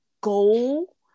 goal